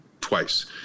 twice